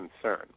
concern